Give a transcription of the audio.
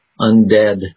undead